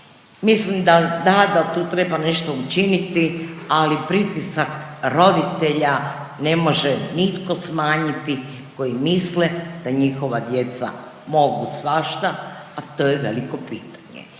Mislim da da, da tu treba nešto učiniti, ali pritisak roditelja ne može nitko smanjiti koji misle da njihova djeca mogu svašta, a to je veliko pitanje